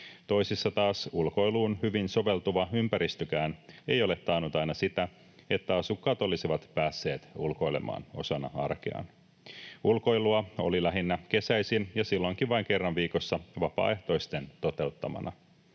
Toisissa taas ulkoiluun hyvin soveltuva ympäristökään ei ole taannut aina sitä, että asukkaat olisivat päässeet ulkoilemaan osana arkeaan. Ulkoilua oli lähinnä kesäisin ja silloinkin vain kerran viikossa vapaaehtoisten toteuttamana.